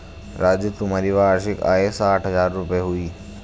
राजू तुम्हारी वार्षिक आय साठ हज़ार रूपय हुई